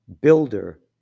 builder